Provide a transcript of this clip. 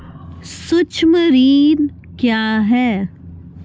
सुक्ष्म ऋण क्या हैं?